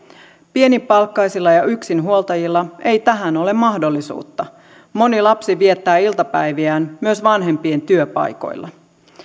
pienipalkkaisilla ja yksinhuoltajilla ei tähän ole mahdollisuutta moni lapsi viettää iltapäiviään myös vanhempien työpaikoilla